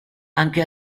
anche